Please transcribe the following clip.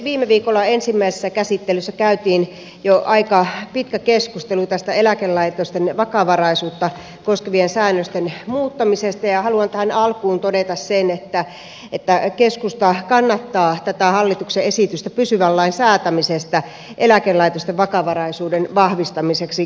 viime viikolla ensimmäisessä käsittelyssä käytiin jo aika pitkä keskustelu tästä eläkelaitosten vakavaraisuutta koskevien säännösten muuttamisesta ja haluan tähän alkuun todeta sen että keskusta kannattaa tätä hallituksen esitystä pysyvän lain säätämisestä eläkelaitosten vakavaraisuuden vahvistamiseksi